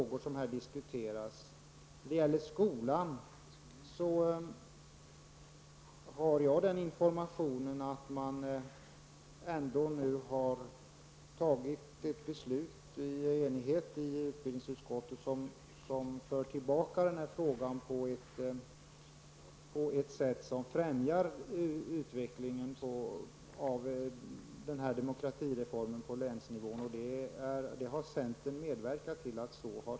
När det gäller skolan har jag den informationen att man i enighet i utbildningsutskottet har fattat ett beslut som innebär att demokratireformer befrämjas på länsnivå. Där har centern medverkat.